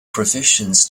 provisions